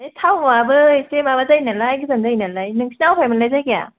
बे टाउनाबो एसे माबा जायो नालाय गोजान जायो नालाय नोंसोरना बबेयाव मोनलाय जायगाया